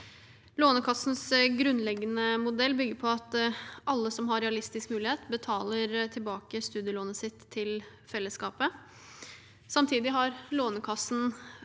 Lånekassens grunnleggende modell bygger på at alle som har realistisk mulighet, betaler tilbake studielånet sitt til fellesskapet. Samtidig har Lånekassen